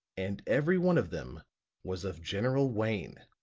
and every one of them was of general wayne.